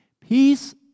Peace